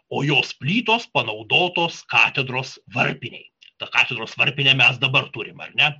o jos plytos panaudotos katedros varpinei tą katedros varpinę mes dabar turim ar ne